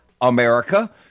America